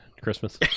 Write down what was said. christmas